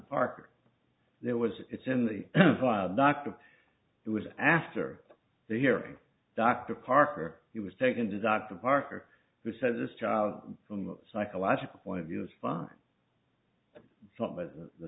park there was it's in the doctor it was after the hearing dr parker he was taken to dr parker who said this child from the psychological point of view is fine but the